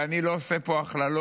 ואני לא עושה פה הכללות.